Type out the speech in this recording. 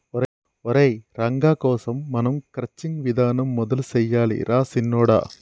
ఒరై రంగ కోసం మనం క్రచ్చింగ్ విధానం మొదలు సెయ్యాలి రా సిన్నొడా